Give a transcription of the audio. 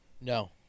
No